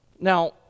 Now